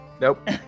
Nope